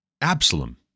Absalom